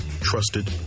trusted